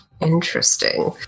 Interesting